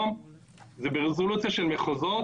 וברזולוציה של מחוזות,